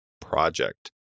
project